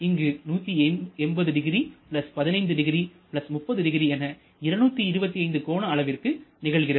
இங்கு 1800 150 300 என 225 0 கோன அளவிற்கு நிகழ்கிறது